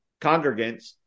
congregants